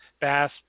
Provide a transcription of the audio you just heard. bass